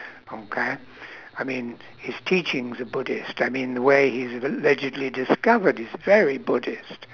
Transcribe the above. okay I mean his teachings are buddhist I mean the way he's allegedly discovered is very buddhist